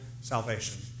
salvation